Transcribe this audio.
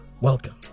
welcome